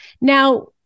Now